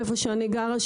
שם אני גרה,